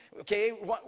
okay